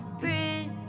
bridge